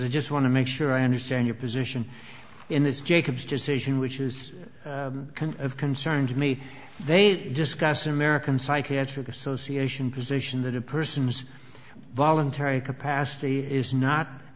i just want to make sure i understand your position in this jacob's decision which is of concern to me they discuss the american psychiatric association position that a person's voluntary capacity is not